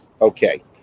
Okay